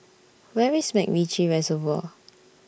Where IS Macritchie Reservoir